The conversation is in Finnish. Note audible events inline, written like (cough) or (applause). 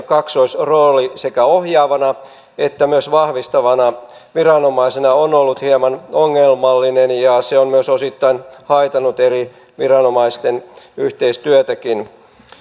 (unintelligible) kaksoisrooli sekä ohjaavana että myös vahvistavana viranomaisena on ollut hieman ongelmallinen ja se on myös osittain haitannut eri viranomaisten yhteistyötäkin